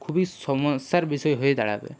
খুবই সমস্যার বিষয় হয়ে দাঁড়াবে